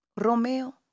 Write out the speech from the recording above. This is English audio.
Romeo